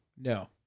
No